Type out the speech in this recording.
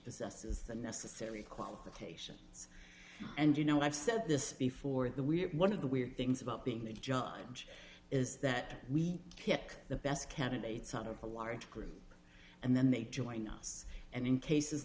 possesses the necessary qualifications and you know i've said this before that we have one of the weird things about being a judge is that we pick the best candidates out of a large group and then they join us and in cases